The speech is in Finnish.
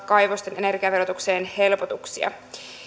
kaivosten energiaverotukseen helpotuksia